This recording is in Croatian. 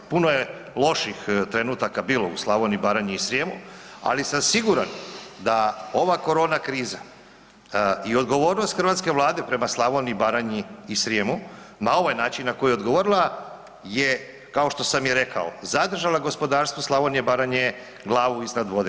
Puno je loših trenutaka bilo u Slavoniji, Baranji i Srijemu, ali sam siguran da ova korona kriza i odgovornost hrvatske vlade prema Slavoniji, Baranji i Srijemu na ovaj način na koji je odgovorila, je kao što sam i rekao, zadržala gospodarstvo Slavonije, Baranje glavu iznad vode.